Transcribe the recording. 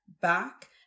back